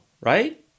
right